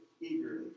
eagerly